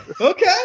okay